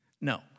No